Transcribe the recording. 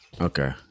Okay